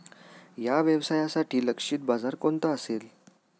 या व्यवसायासाठी लक्षित बाजार कोणता असेल?